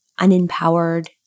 unempowered